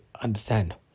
understand